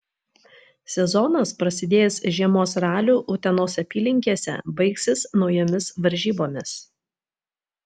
sezonas prasidėjęs žiemos raliu utenos apylinkėse baigsis naujomis varžybomis